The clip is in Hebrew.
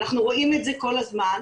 ואנחנו רואים את זה כל הזמן,